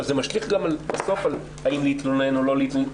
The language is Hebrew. וזה משליך גם בסוף על האם להתלונן או לא להתלונן.